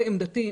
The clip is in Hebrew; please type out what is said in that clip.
לעמדתי,